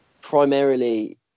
primarily